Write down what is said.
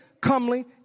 comely